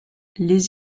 les